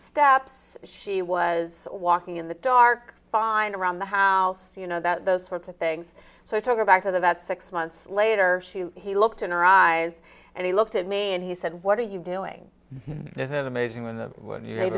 steps she was walking in the dark find around the house you know that those sorts of things so i took her back to the vet six months later he looked in our eyes and he looked at me and he said what are you doing